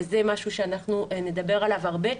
וזה משהו שאנחנו נדבר עליו הרבה,